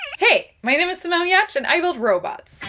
hey! my name is simone giertz, and i build robots.